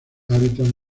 hábitats